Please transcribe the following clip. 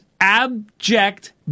abject